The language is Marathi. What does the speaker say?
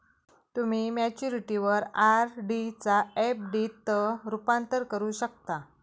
तुम्ही मॅच्युरिटीवर आर.डी चा एफ.डी त रूपांतर करू शकता